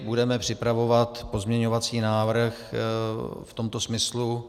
Budeme připravovat pozměňovací návrh v tomto smyslu.